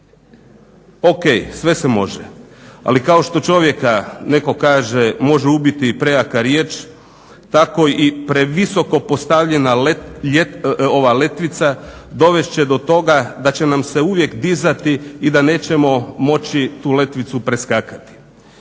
Ok, sve se može, ali kao što čovjeka, neko kaže može ubiti prejaka riječ, tako i previsoko postavljena letvica dovest će do toga da će nam se uvijek dizati i da nećemo moći tu letvicu preskakati.